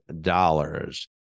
dollars